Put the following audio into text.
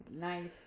Nice